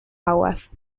aguas